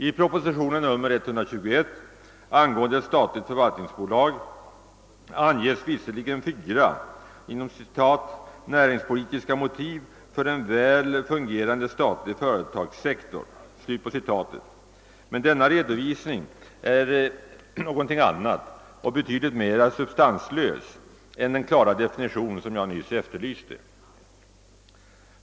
I proposition nr 121 angående ett statligt förvaltningsbolag anges visserligen fyra »näringspolitiska motiv för en väl fungerande statlig företagssektor», men denna redovisning är någonting annat och betydligt mer substanslöst än den klara definition som jag nyss efterlyste.